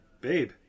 babe